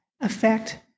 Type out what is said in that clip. affect